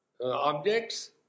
Objects